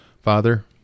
Father